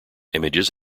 images